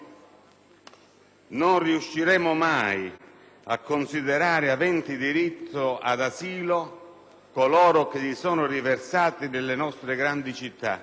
«non riusciremo mai a considerare aventi diritto ad asilo coloro che si sono riversati nelle nostre grandi città